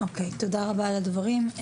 תודה רבה על הדברים.